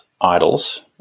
idols